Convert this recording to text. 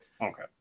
Okay